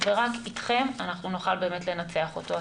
ורק איתכם אנחנו נוכל באמת לנצח אותו.